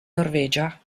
norvegia